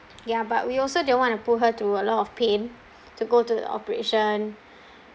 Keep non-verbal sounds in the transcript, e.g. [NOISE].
ya but we also didn't want to put her through a lot of pain to go to the operation [BREATH]